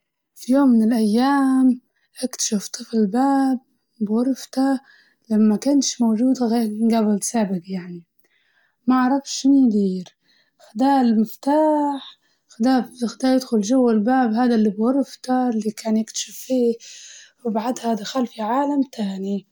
في يوم من الأيام اكتشف طفل باب بغرفته لم- ما كانش موجودة غي- من قبل سابق يعني، معرفش مين دير خدا المفتاح خدا خدا يدخل جوة الباب هدا اللي بغرفته اللي كان يكتشف فيه وبعدها دخل لعالم تاني.